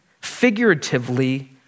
Figuratively